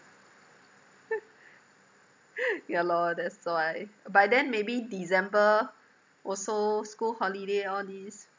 ya lor that's why by then maybe december also school holiday all these